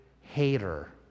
hater